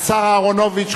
השר אהרונוביץ.